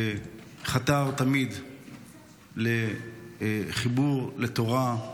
חתר תמיד לחיבור לתורה,